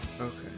Okay